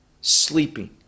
sleeping